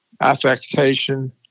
affectation